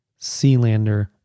Sealander